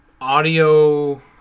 audio